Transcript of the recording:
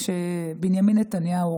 כשבנימין נתניהו,